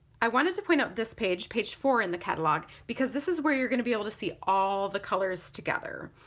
i wanted to point out this page, page four in the catalog, because this is where you're going to be able to see all the colors together.